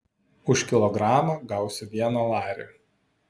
už kilogramą gausiu vieną larį